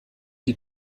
die